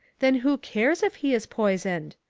then who cares if he is poisoned?